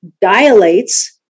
dilates